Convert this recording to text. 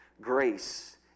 Grace